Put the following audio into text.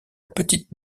petite